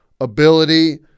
ability